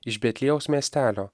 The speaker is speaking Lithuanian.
iš betliejaus miestelio